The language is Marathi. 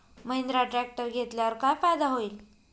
महिंद्रा ट्रॅक्टर घेतल्यावर काय फायदा होईल?